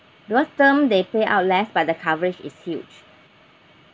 because term they pay out less but the coverage is huge